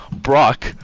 Brock